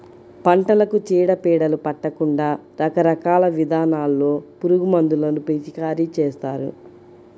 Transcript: పంటలకు చీడ పీడలు పట్టకుండా రకరకాల విధానాల్లో పురుగుమందులను పిచికారీ చేస్తారు